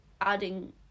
adding